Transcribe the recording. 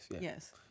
Yes